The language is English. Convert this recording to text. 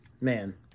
Man